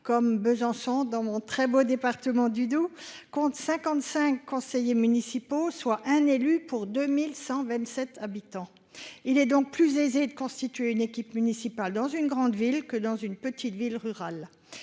comme Besançon, chef-lieu de mon très beau département du Doubs, compte cinquante-cinq conseillers municipaux, soit un élu pour 2 127 habitants. Il est donc plus aisé de constituer une équipe municipale dans une grande ville que dans une petite commune rurale,